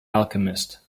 alchemist